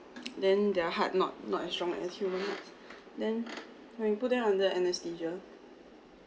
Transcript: then their heart not not as strong as human's heart then when you put them under anaesthesia